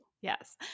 Yes